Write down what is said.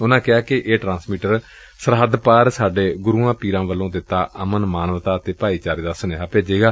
ਉਨਾਂ ਕਿਹਾ ਕਿ ਇਹ ਟਰਾਂਸਮੀਟਰ ਸਰਹੱਦ ਪਾਰ ਸਾਡੇ ਗੁਰੁਆਂ ਪੀਰਾਂ ਵੱਲੋਂ ਦਿੱਤਾ ਅਮਨ ਮਾਨਵਤਾ ਅਤੇ ਭਾਈਚਾਰੇ ਦਾ ਸੁਨੇਹਾ ਭੇਜੇਗਾ